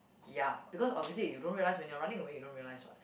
ya because obviously if you don't realise when you are running away you don't realise what